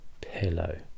pillow